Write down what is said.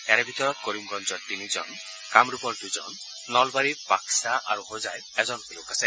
ইয়াৰে ভিতৰত কৰিমগঞ্জৰ তিনিজন কামৰূপৰ দুজন নলবাৰী বাল্গা আৰু হোজাইৰ এজনকৈ লোক আছে